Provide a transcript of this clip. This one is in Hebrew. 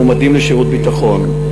מועמדים לשירות ביטחון,